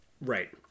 Right